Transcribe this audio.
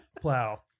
plow